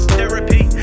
Therapy